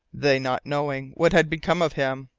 they not knowing what had become of him!